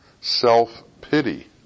self-pity